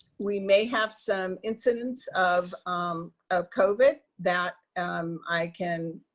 we may have some incidents of um of covid that i can,